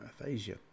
aphasia